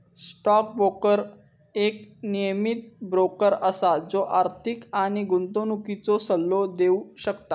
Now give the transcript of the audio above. stock broker एक नियमीत broker असा जो आर्थिक आणि गुंतवणुकीचो सल्लो देव शकता